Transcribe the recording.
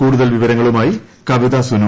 കൂടുതൽ വിവരങ്ങളുമായി കവിത്രു സുനു